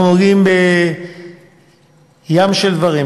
אנחנו נוגעים בים של דברים,